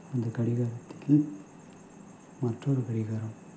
அந்த கடிகாரத்தில் மற்றொரு கடிகாரம்